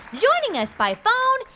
joining us by phone,